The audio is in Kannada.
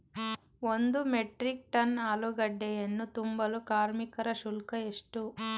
ಒಂದು ಮೆಟ್ರಿಕ್ ಟನ್ ಆಲೂಗೆಡ್ಡೆಯನ್ನು ತುಂಬಲು ಕಾರ್ಮಿಕರ ಶುಲ್ಕ ಎಷ್ಟು?